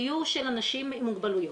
דיור של אנשים עם מוגבלויות.